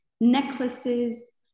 necklaces